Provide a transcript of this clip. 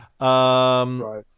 Right